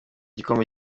igikombe